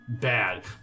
bad